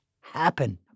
happen